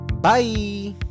Bye